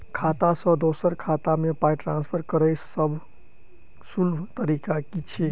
खाता सँ दोसर खाता मे पाई ट्रान्सफर करैक सभसँ सुलभ तरीका की छी?